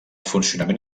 funcionament